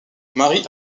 mary